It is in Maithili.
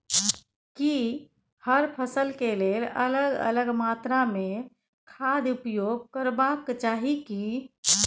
की हर फसल के लेल अलग अलग मात्रा मे खाद उपयोग करबाक चाही की?